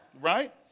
right